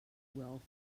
wealth